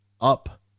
up